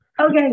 Okay